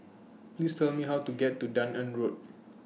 Please Tell Me How to get to Dunearn Road